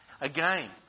Again